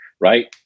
right